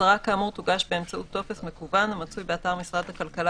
הצהרה כאמור תוגש באמצעות טופס מקוון המצוי באתר משרד הכלכלה